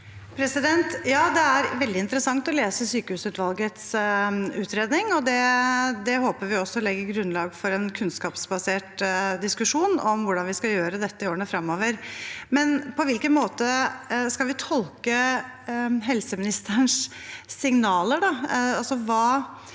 det er veldig interessant å lese sykehusutvalgets utredning, og det håper vi også legger et grunnlag for en kunnskapsbasert diskusjon om hvordan vi skal gjøre dette i årene fremover. Men på hvilken måte skal vi tolke helseministerens signaler